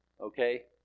Okay